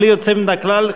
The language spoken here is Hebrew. בלי יוצא מן הכלל,